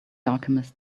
alchemist